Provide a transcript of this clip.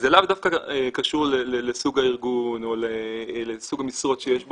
וזה לאו דווקא קשור לסוג הארגון או לסוג המשרות שיש בו,